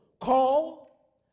call